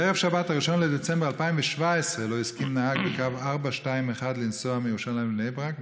בערב שבת 1 בדצמבר 2017 לא הסכים נהג בקו 421 לנסוע מירושלים לבני ברק,